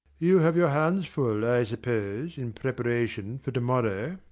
you have your hands full, i suppose, in preparation for to-morrow?